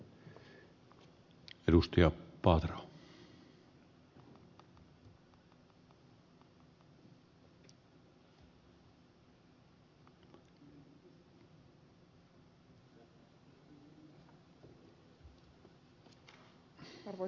arvoisa puhemies